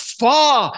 far